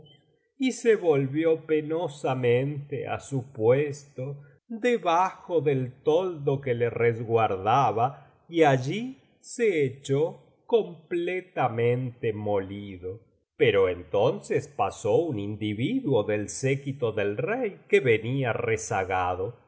y se volvió penosamente á su puesto debajo del toldo que le resguardaba y allí se echó completamente molido pero entonces pasó un individuo del séquito del rey que venía rezagado y